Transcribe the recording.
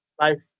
life